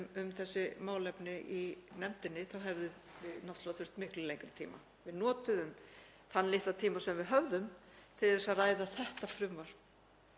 um þessi málefni í nefndinni þá hefðum við náttúrlega þurft miklu lengri tíma. Við notuðum þann litla tíma sem við höfðum til að ræða þetta frumvarp,